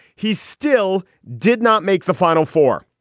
he still did not make the final four.